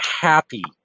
happy